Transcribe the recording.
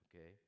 Okay